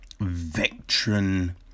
veteran